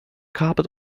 carpet